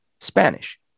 Spanish